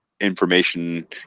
information